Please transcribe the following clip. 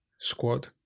squad